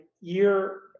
year